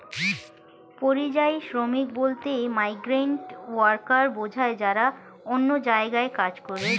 পরিযায়ী শ্রমিক বলতে মাইগ্রেন্ট ওয়ার্কার বোঝায় যারা অন্য জায়গায় কাজ করে